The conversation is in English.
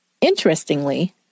Interestingly